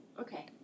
Okay